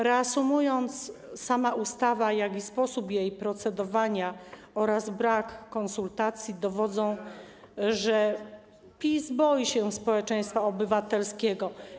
Reasumując, sama ustawa, jak i sposób procedowania nad nią oraz brak konsultacji dowodzą, że PiS boi się społeczeństwa obywatelskiego.